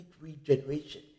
regeneration